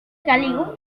caliu